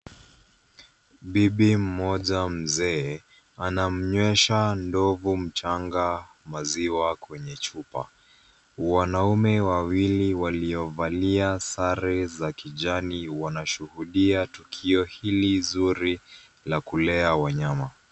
Bibi mmoja mzee anamnywesha ndovu mchanga mziwa kwenye chupa. Wanaume wawili waliovalia sare za kijani wanashuglia tukio hili zuri la kulea wanyama.